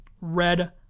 red